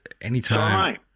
anytime